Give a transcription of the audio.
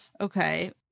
Okay